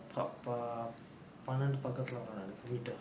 kappa பன்னண்டு பக்கத்துல வருனு நெனைக்க:pannandu pakkathula varunu nenaikka meter